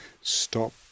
stop